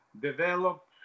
develop